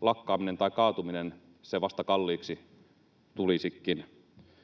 lakkaaminen tai kaatuminen vasta kalliiksi tulisikin.